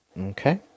Okay